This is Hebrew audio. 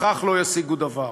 בכך לא ישיגו דבר.